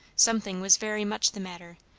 something was very much the matter,